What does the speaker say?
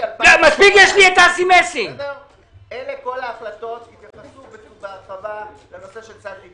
אני חושב שצריך לאשר את החוק הזה כדי לתת רשת ביטחון למדינת ישראל.